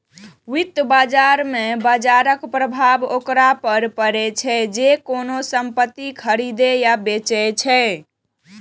वित्त बाजार मे बाजरक प्रभाव ओकरा पर पड़ै छै, जे कोनो संपत्ति खरीदै या बेचै छै